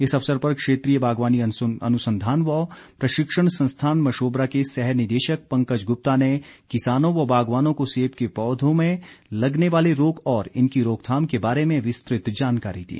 इस अवसर पर क्षेत्रीय बागवानी अनुसंधान व प्रशिक्षण संस्थान मशोबरा के सह निदेशक पंकज गुप्ता ने किसानों व बागवानों को सेब के पौधों में लगने वाले रोग और इनकी रोकथाम के बारे में विस्तृत जानकारी दी